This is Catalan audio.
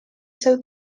seu